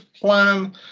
plan